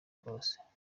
kose